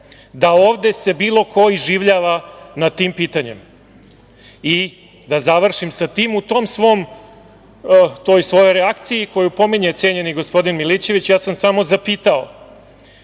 se ovde bilo ko iživljava nad tim pitanjem? Da završim sa tim, u toj svojoj reakciji koju pominje cenjeni gospodin Milićević, ja sam samo zapitao